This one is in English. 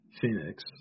Phoenix